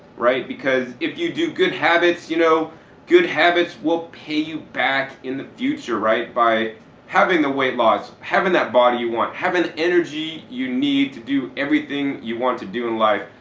right? because if you do good habits, you know good habits will pay you back in the future right, by having the weight loss, having that body you want, having the energy you need to do everything you want to do in life,